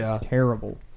terrible